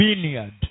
vineyard